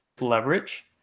leverage